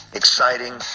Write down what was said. exciting